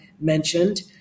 mentioned